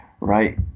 right